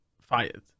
fired